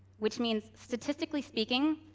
which means, statistically speaking,